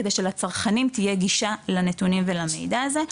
כדי שלצרכנים תהיה גישה לנתונים ולמידע הזה,